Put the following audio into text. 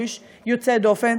הוא איש יוצא דופן.